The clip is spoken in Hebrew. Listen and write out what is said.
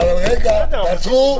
--- תעצרו.